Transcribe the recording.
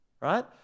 right